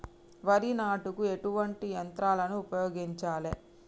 వరి నాటుకు ఎటువంటి యంత్రాలను ఉపయోగించాలే?